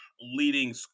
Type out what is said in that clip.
leading